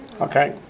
Okay